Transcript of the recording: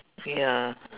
ya